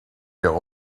your